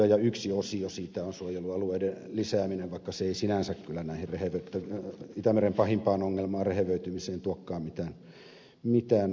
ja yksi osio siitä on suojelualueiden lisääminen vaikka se ei sinänsä kyllä itämeren pahimpaan ongelmaan rehevöitymiseen tuokaan mitään apua